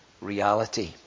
reality